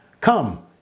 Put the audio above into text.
Come